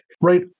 Right